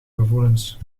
gevoelens